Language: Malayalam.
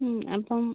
അപ്പം